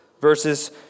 verses